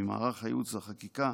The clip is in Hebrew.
ממערך הייעוץ והחקיקה,